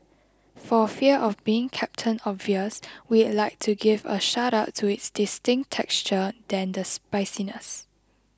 for fear of being Captain Obvious we'd like to give a shout out to its distinct texture than the spiciness